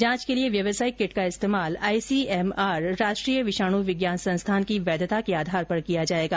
जांच के लिए व्यावसायिक किट का इस्तमाल आईसीएमआर राष्ट्रीय विषाणु विज्ञान संस्थान की वैघता के आधार पर किया जायेगा